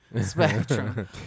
spectrum